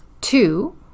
Two